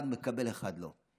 אחד מקבל, אחד לא.